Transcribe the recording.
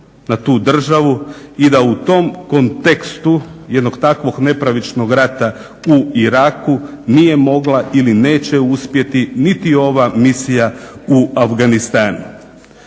na tu državu i da u tom kontekstu jednog takvog nepravičnog rata u Iraku nije mogla ili neće uspjeti niti ova misija u Afganistanu.